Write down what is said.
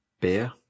Beer